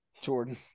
Jordan